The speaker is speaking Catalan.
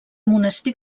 monestir